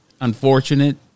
Unfortunate